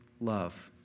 love